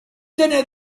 dinner